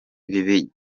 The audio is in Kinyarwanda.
ibi